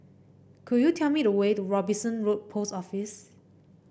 could you tell me the way to Robinson Road Post Office